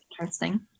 interesting